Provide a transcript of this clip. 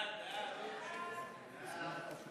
ההצעה